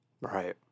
Right